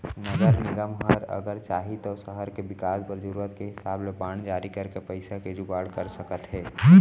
नगर निगम ह अगर चाही तौ सहर के बिकास बर जरूरत के हिसाब ले बांड जारी करके पइसा के जुगाड़ कर सकत हे